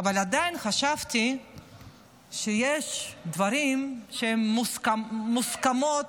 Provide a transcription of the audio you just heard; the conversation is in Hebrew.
אבל עדיין חשבתי שיש דברים שהם מוסכמות,